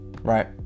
right